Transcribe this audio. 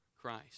Christ